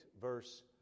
verse